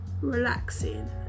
relaxing